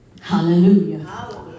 Hallelujah